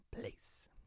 place